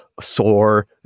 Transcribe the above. sore